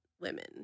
women